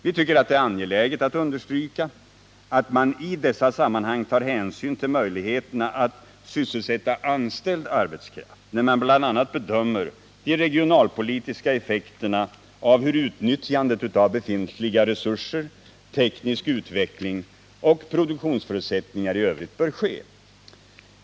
Vi tycker att det är angeläget att understryka att man i dessa sammanhang tar hänsyn till möjligheterna att sysselsätta anställd arbetskraft, när man bl.a. bedömer de regionalpolitiska effekterna av hur utnyttjandet av befintliga resurser, teknisk utveckling och produktionsförutsättningar i övrigt bör ske.